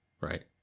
Right